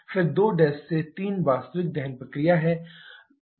फिर 2 से 3 वास्तविक दहन प्रक्रिया है